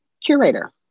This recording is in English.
curator